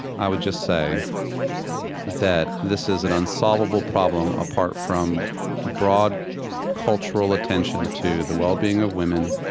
i would just say that this is an unsolvable problem apart from broad cultural attention to the well-being of women,